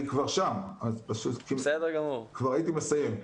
אני כבר שם, כבר הייתי מסיים.